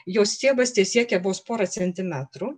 jos stiebas tesiekia vos pora centimetrų